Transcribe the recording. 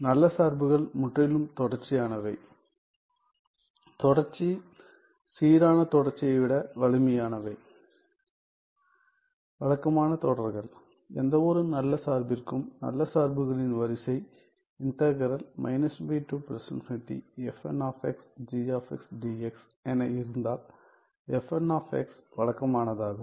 நல்ல சார்புகள் முற்றிலும் தொடர்ச்சியானவை தொடர்ச்சி சீரான தொடர்ச்சியை விட வலிமையானவை வழக்கமான தொடர்கள் எந்தவொரு நல்ல சார்பிற்கும் நல்ல சார்புகளின் வரிசை என இருந்தால் வழக்கமானதாகும்